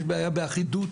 יש בעיה באחידות.